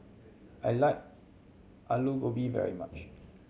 I like Alu Gobi very much